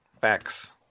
facts